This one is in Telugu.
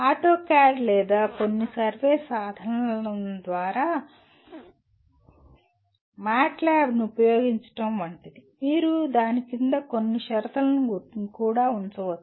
ఆటోకాడ్ లేదా కొన్ని సర్వే సాధనం లేదా MATLAB ను ఉపయోగించడం వంటిది మీరు దాని క్రింద కొన్ని షరతులను కూడా ఉంచవచ్చు